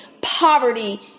poverty